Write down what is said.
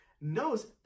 knows